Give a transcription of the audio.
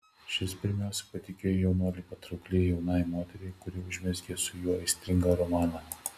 šis pirmiausia patikėjo jaunuolį patraukliai jaunai moteriai kuri užmezgė su juo aistringą romaną